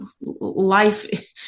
life